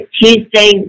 tuesday